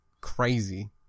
crazy